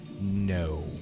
No